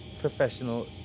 professional